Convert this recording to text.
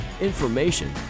information